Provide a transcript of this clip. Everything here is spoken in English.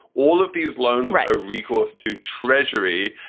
all of these loans, a recourse to treasury.